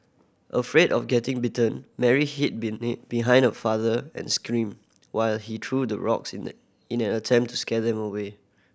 afraid of getting bitten Mary hid behind her father and screamed while he threw the rocks in the in an attempt to scare them away